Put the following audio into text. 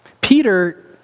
Peter